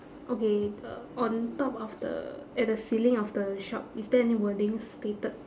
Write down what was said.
okay the on top of the at the ceiling of the shop is there any wordings stated